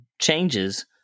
changes